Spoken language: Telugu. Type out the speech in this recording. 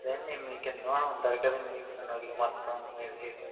సరే అండి మీ కింద ఉంటారు కదండి పనోళ్ళు మొత్తం మరి